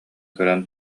көрөн